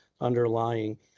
underlying